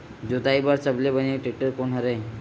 जोताई बर सबले बने टेक्टर कोन हरे?